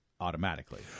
automatically